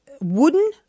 Wooden